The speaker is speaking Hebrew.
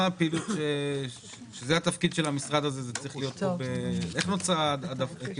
איך נוצר האגף הזה?